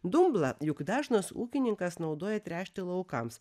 dumblą juk dažnas ūkininkas naudoja tręšti laukams